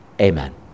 Amen